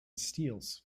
steals